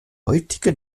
heutige